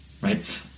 right